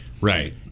Right